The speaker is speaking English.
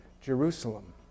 Jerusalem